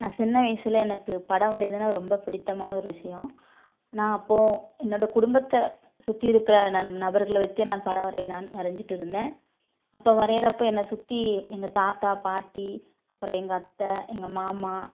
நான் சின்ன வயதுல எனக்கு படம் வரைகிறதுன்னா ரொம்ப பிடித்தமான ஒரு விஷயம் நான் அப்போது என்னோடய குடும்பத்தை சுற்றி இருக்கிற நன் நபர்களை வைத்தே நான் படம் வரையலாம் வரைஞ்சிட்டு இருந்தேன் அப்போது வரைகிறப்போ என்னை சுற்றி எங்கள் தாத்தா பாட்டி அப்புறம் எங்கள் அத்தை எங்கள் மாமா